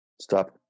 Stop